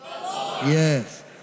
yes